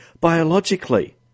biologically